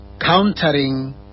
countering